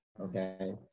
Okay